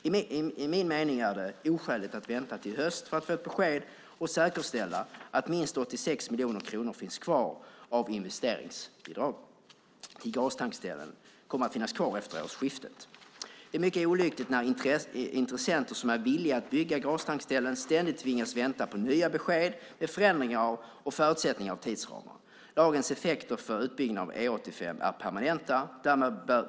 Enligt min mening är det oskäligt att vänta till i höst för att få ett besked och säkerställa att minst 86 miljoner kronor av de pengar som finns kvar av investeringsbidraget till gastankställen kommer att finnas kvar även efter årsskiftet. Det är mycket olyckligt när intressenter som är villiga att bygga gastankställen ständigt tvingas vänta på nya besked med förändringar av förutsättningar och tidsramar. Lagens effekter för utbyggnad av E 85 är permanenta.